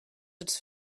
its